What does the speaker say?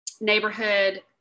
neighborhood